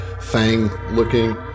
fang-looking